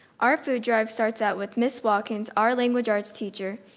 our food drive starts out with miss watkins, our language arts teacher,